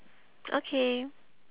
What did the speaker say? okay